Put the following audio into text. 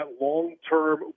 long-term